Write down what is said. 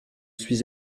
suis